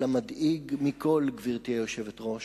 אבל המדאיג מכול, גברתי היושבת-ראש,